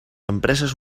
empreses